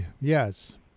Yes